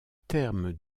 terme